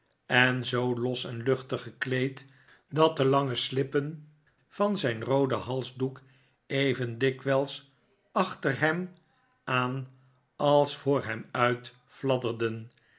en zoo los en luchtig gekleed dat de lange slippen van zijn rooden halsdoek even dikwijls achter hem aan als voor hem uit